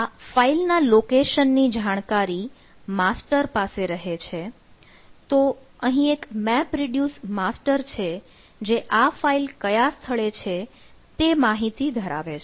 આ ફાઈલ ના લોકેશન ની જાણકારી માસ્ટર પાસે રહે છે તો અહીં એક MapReduce માસ્ટર છે જે આ ફાઇલ કયા સ્થળે છે તે માહિતી ધરાવે છે